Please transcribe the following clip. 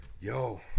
Yo